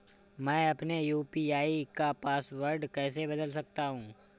मैं अपने यू.पी.आई का पासवर्ड कैसे बदल सकता हूँ?